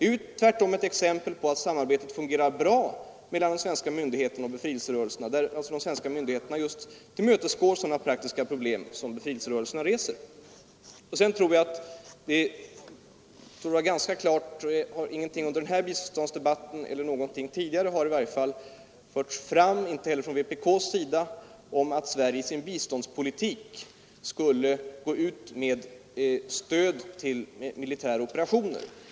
Detta är ju ett exempel på att samarbetet mellan de svenska myndigheterna och befrielserörelserna fungerar bra — och inte tvärtom. De svenska myndigheterna tillmötesgår alltså de krav på lösning av praktiska problem som befrielserörelserna reser. Varken under den här biståndsdebatten eller under någon tidigare har det såvitt jag vet föreslagits, inte heller från vpk:s sida, att Sverige i sin biståndspolitik skulle gå ut med stöd till militära operationer.